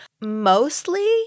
Mostly